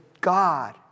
God